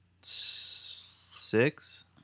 six